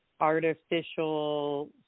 artificial